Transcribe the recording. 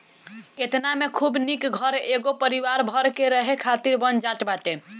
एतना में खूब निक घर एगो परिवार भर के रहे खातिर बन जात बाटे